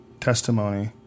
Testimony